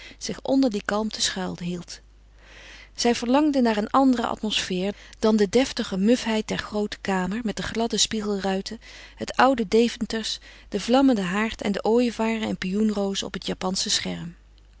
zich onder die kalmte schuil hield zij verlangde naar een andere atmosfeer dan de deftige mufheid der groote kamer met de gladde spiegelruiten het oude deventersch den vlammenden haard en de ooievaren en pioenrozen op het japansche scherm